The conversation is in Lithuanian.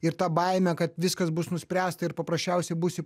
ir ta baimė kad viskas bus nuspręsta ir paprasčiausiai būsi